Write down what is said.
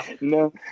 No